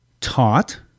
taught